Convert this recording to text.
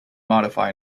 modify